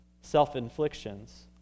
self-inflictions